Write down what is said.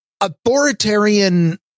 authoritarian